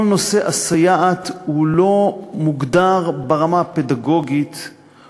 כל נושא הסייעות לא מוגדר ברמה הפדגוגית,